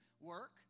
work